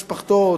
את משפחתו,